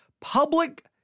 Public